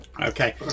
Okay